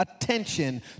attention